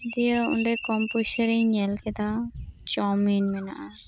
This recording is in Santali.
ᱫᱤᱭᱮ ᱚᱸᱰᱮ ᱠᱚᱢ ᱯᱩᱭᱥᱟᱹ ᱨᱮᱧ ᱧᱮᱞ ᱠᱮᱫᱟ ᱪᱟᱣᱢᱤᱱ ᱢᱮᱱᱟᱟᱜᱼᱟ